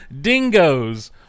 dingoes